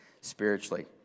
spiritually